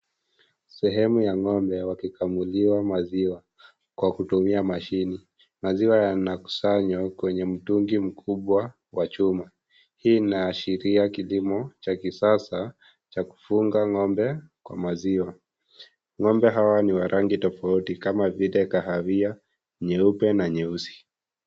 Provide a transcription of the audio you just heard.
Sehemu ya ngombe wakikamuliwa maziwa , kwa kutumia mashine , maziwa yanakusanywa kwenye mtungi mkubwa wa chuma hii inaashiria kilimo cha kisasa cha kufuga ngombe kwa maziwa. Ngombe hawa ni wa rangi tofauti kama vile kahawia, nyeupe na nyeusi.